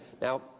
Now